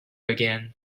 again